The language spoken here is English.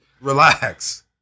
relax